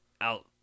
out